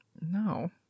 No